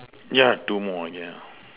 yeah two more yeah